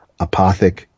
apothic